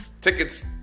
tickets